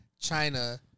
China